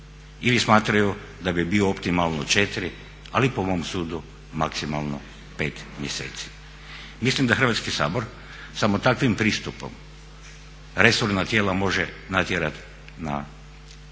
ili smatraju da bi bio optimalno 4, ali po mom sudu maksimalno 5 mjeseci. Mislim da Hrvatski sabor samo takvim pristupom resorna tijela može natjerat na akciju,